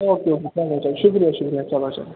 okay okay چلو تیٚلہِ شُکریہ شُکریہ چلو چلو